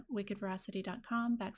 wickedveracity.com